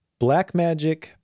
Blackmagic